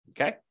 Okay